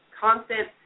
constant